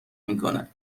میکنه